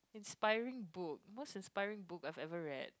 inspiring book most inspiring book I've ever read